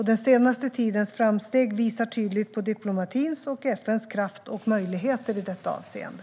Den senaste tidens framsteg visar tydligt på diplomatins och FN:s kraft och möjligheter i detta avseende.